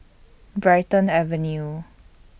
Brighton Avenue